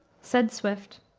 said swift